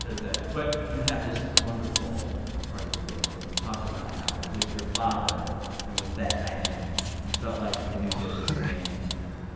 there's that. but you have this wonderful part of the book where you talk about how, with your father and with that dynamic, you felt like you knew that this man